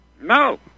No